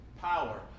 power